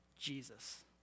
Jesus